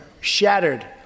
shattered